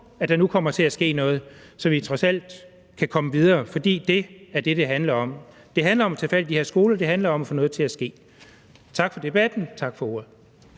at der nu kommer til at ske noget, så vi trods alt kan komme videre, for det er det, det handler om. Det handler om at tage fat i de her skoler, og det handler om at få noget til at ske. Tak for debatten, og tak for ordet.